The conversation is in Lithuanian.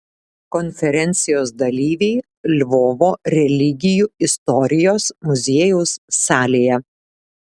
konferencijos dalyviai lvovo religijų istorijos muziejaus salėje